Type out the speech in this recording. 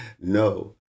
no